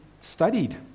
studied